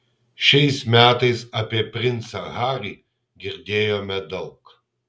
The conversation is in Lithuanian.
šiais metais apie princą harį girdėjome daug